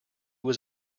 was